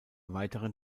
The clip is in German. weiteren